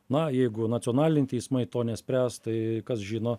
na jeigu nacionaliniai teismai to nespręs tai kas žino